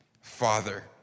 Father